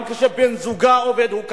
גם כשבן-זוגה עובד, הוא כך.